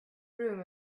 room